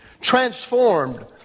transformed